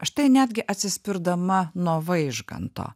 aš tai netgi atsispirdama nuo vaižganto